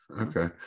okay